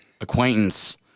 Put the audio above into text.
acquaintance